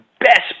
best